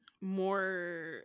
more